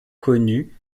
connu